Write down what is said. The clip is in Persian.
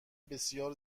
بسیار